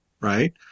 right